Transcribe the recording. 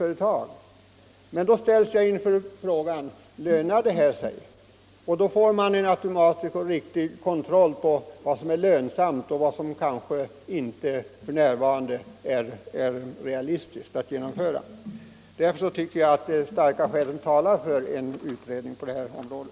Lönar det sig att ta fram dessa uppgifter? Därigenom får jag automatiskt en kontroll av vad som är lönsamt och vad som inte är realistiskt att genomföra. Därför tycker jag att det finns starka skäl för en utredning på detta område.